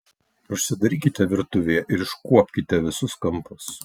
užsidarykite virtuvėje ir iškuopkite visus kampus